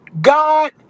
God